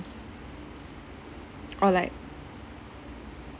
or like